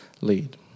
lead